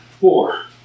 four